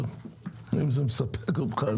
בסדר, אם זה מספק אותך אז גם אותי.